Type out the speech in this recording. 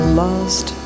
lost